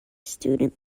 student